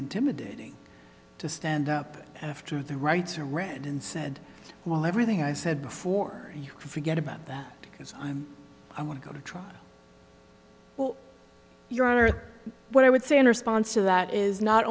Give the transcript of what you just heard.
intimidating to stand up after the rights are read and said well everything i said before you forget about that because i'm i want to go to trial well your honor what i would say in response to that is not